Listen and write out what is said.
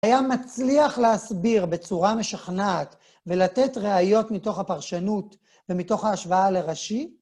היה מצליח להסביר בצורה משכנעת ולתת ראיות מתוך הפרשנות ומתוך ההשוואה לראשי?